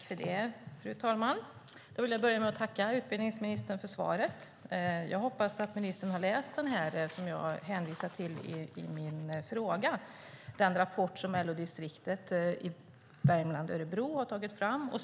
Fru talman! Jag vill börja med att tacka utbildningsministern för svaret. Jag hoppas att ministern har läst den rapport som LO-distriktet Örebro och Värmland tagit fram och som jag hänvisar till i min interpellation.